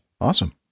Awesome